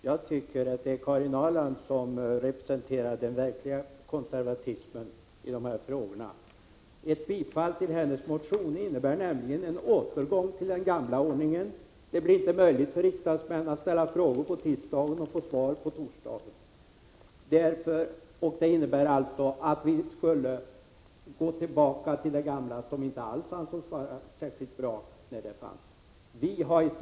Jag tycker att det är Karin Ahrland som representerar den verkliga konservatismen i dessa frågor. Ett bifall till hennes motion innebär nämligen en återgång till den gamla ordningen. Det blir inte möjligt för riksdagsmän att ställa frågor på tisdagen och få svar på torsdagen. Den gamla ordningen ansågs inte heller särskilt bra när den fanns.